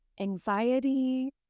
anxiety